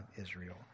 Israel